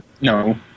No